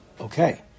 Okay